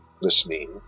listening